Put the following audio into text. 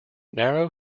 narrow